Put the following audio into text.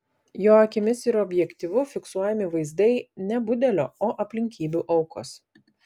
jo akimis ir objektyvu fiksuojami vaizdai ne budelio o aplinkybių aukos